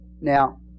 Now